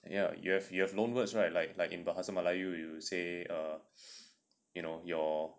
ya you have you have loan words right like like in bahasa melayu you would say uh you know your